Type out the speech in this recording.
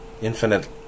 infinite